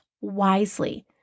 wisely